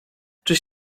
czyś